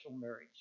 marriage